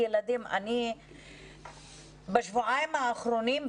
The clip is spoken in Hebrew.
בשבועיים האחרונים,